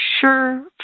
sure